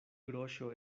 groŝo